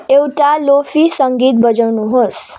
एउटा लोफी सङ्गीत बजाउनुहोस्